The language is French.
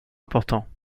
important